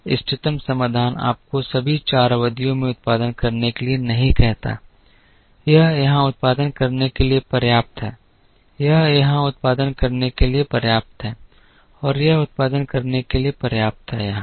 इष्टतम समाधान आपको सभी चार अवधियों में उत्पादन करने के लिए नहीं कहता है यह यहां उत्पादन करने के लिए पर्याप्त है यह यहां उत्पादन करने के लिए पर्याप्त है और यह उत्पादन करने के लिए पर्याप्त है यहाँ